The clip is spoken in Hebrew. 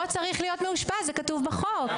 לא צריך להיות מאושפז זה כתוב בחוק.